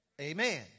Amen